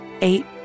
Eight